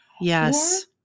Yes